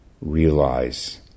realize